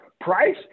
Price